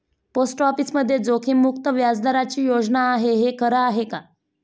Post ऑफिसमध्ये जोखीममुक्त व्याजदराची योजना आहे, हे खरं आहे का?